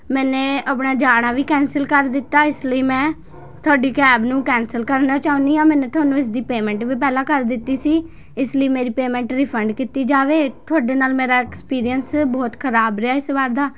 ਮੈਨੇ ਅਪਣਾ ਜਾਣਾ ਵੀ ਕੈਂਸਲ ਕਰ ਦਿੱਤਾ ਇਸ ਲਈ ਮੈਂ ਤੁਹਾਡੀ ਕੈਬ ਨੂੰ ਕੈਂਸਲ ਕਰਨਾ ਚਾਹੁੰਦੀ ਹਾਂ ਮੈਨੇ ਤੁਹਾਨੂੰ ਇਸ ਦੀ ਪੇਮੇਂਟ ਵੀ ਪਹਿਲਾਂ ਕਰ ਦਿੱਤੀ ਸੀ ਇਸ ਲਈ ਮੇਰੀ ਪੇਮੈਂਟ ਰਿਫੰਡ ਕੀਤੀ ਜਾਵੇ ਤੁਹਾਡੇ ਨਾਲ ਮੇਰਾ ਐਕਸਪੀਰੀਅੰਸ ਬਹੁਤ ਖ਼ਰਾਬ ਰਿਹਾ ਇਸ ਵਾਰ ਦਾ